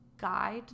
guide